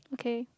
okay